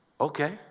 okay